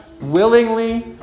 willingly